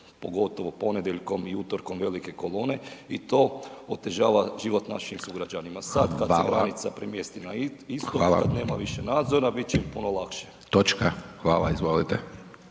pogotovo ponedjeljkom i utorkom velike kolone i to otežava život našim sugrađanima …/Upadica: Hvala./… i sad kad se granica premjesti na istok, kad nema više nadzora bit će puno lakše. **Hajdaš Dončić,